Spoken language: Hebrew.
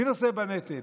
מי נושא בנטל?